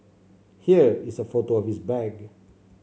here is a photo of his bag